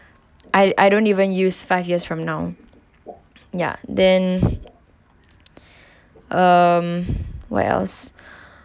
I I don't even use five years from now ya then um what else